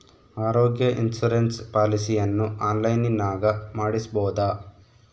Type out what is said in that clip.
ಆರೋಗ್ಯ ಇನ್ಸುರೆನ್ಸ್ ಪಾಲಿಸಿಯನ್ನು ಆನ್ಲೈನಿನಾಗ ಮಾಡಿಸ್ಬೋದ?